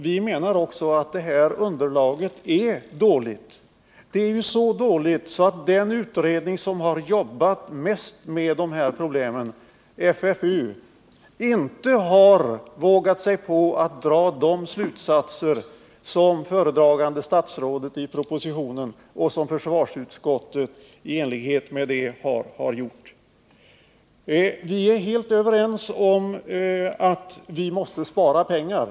Vi menar också att underlaget som sådant är dåligt. Det är t.o.m. så dåligt att den utredning som arbetat mest med dessa problem, FFU, inte har vågat dra de slutsatser som föredragande statsrådet i propositionen och i enlighet därmed också försvarsutskottet har kommit fram till. Vi är helt överens om att det måste sparas pengar.